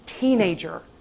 teenager